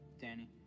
Danny